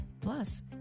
Plus